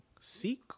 seek